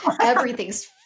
everything's